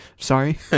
Sorry